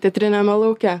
teatriniame lauke